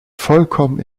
vollkommen